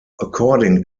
according